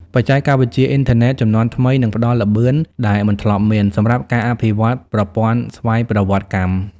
បច្ចេកវិទ្យាអ៊ីនធឺណិតជំនាន់ថ្មីនឹងផ្ដល់ល្បឿនដែលមិនធ្លាប់មាន សម្រាប់ការអភិវឌ្ឍប្រព័ន្ធស្វ័យប្រវត្តិកម្ម។